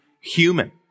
human